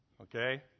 Okay